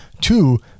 two